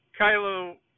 Kylo